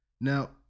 Now